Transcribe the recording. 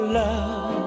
love